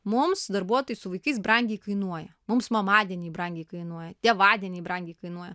mums darbuotojai su vaikais brangiai kainuoja mums mamadieniai brangiai kainuoja tėvadieniai brangiai kainuoja